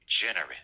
generous